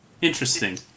Interesting